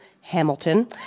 Hamilton